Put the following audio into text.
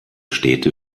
städte